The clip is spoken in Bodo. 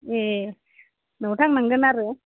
ए न'आव थांनांगोन आरो